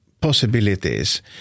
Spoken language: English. possibilities